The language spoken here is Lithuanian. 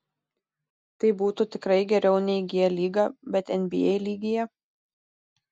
tai būtų tikrai geriau nei g lyga bet nba lygyje